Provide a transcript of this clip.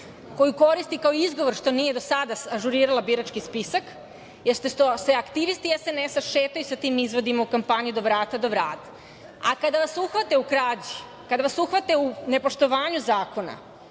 koju koristi kao izgovor što nije do sada ažurirala birački spisak jeste što se aktivisti SNS-a šetaju sa tim izvodima u kampanji od vrata do vrata, a kada vas uhvate u krađi, kada vas uhvate u nepoštovanju zakona,